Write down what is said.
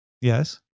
Yes